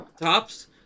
tops